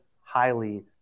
highly